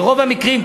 ברוב המקרים,